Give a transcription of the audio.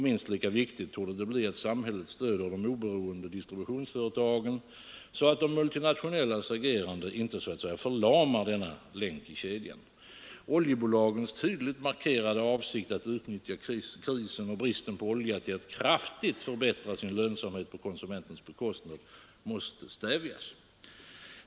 Minst lika viktigt torde det bli att samhället stöder de oberoende distributionsföretagen, så att de multinationellas agerande inte förlamar denna länk i kedjan. Oljebolagens tydligt markerade avsikt att utnyttja krisen och bristen på olja till att kraftigt förbättra sin lönsamhet på konsumenternas bekostnad måste stävjas.